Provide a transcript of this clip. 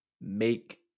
make